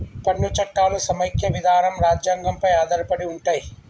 పన్ను చట్టాలు సమైక్య విధానం రాజ్యాంగం పై ఆధారపడి ఉంటయ్